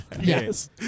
Yes